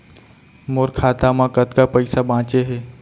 मोर खाता मा कतका पइसा बांचे हे?